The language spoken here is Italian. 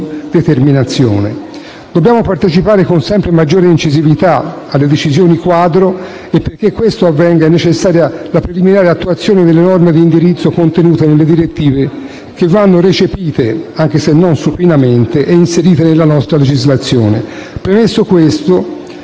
determinazione. Dobbiamo partecipare con sempre maggiore incisività alle decisioni quadro e perché ciò avvenga è necessaria la preliminare attuazione delle norme di indirizzo contenute nelle direttive che vanno recepite, anche se non supinamente, e inserite nella nostra legislazione. Fatta questa